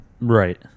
Right